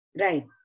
Right